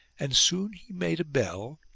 and soon he made a bell,